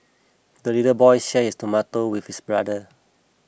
the little boy shared his tomato with his brother